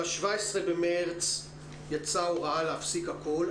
ב-17 במרץ יצאה הוראה להפסיק הכול,